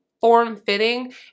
form-fitting